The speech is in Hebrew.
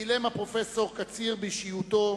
גילם הפרופסור קציר באישיותו,